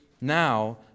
now